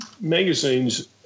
magazines